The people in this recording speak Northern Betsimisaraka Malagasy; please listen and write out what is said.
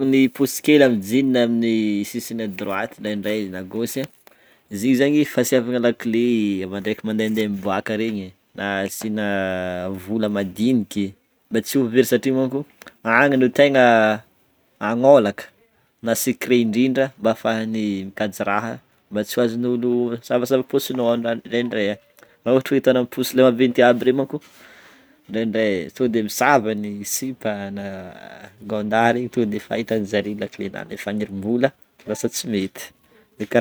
Ny posy kely amin'ny jean amin'ny sisiny a droite ndrendre na gauche a, izy igny zany fagnisiavana lakile rehefa mandendea mibôaka regny n'a asina vola madiniky mba tsy ho very satria manko agny no tegna agnolaka na secret indrindra mba afahany mikajy raha mba tsy azon'ny ôlo isavasava paosin'ôlo regny ndray, raha ohatra hoe ataonao amin'ireny posy bé regny moko indrendre misava ny sipa na gon-dahy regny de tonga de itan-jareo la clé nao ndre fagnerim-bola de lasa tsy mety.